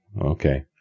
Okay